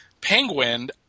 Penguin